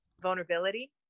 vulnerability